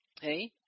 hey